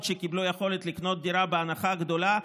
שקיבלו יכולת לקנות דירה בהנחה גדולה.